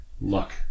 luck